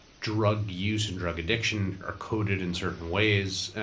drug use and drug addiction are coded in certain ways.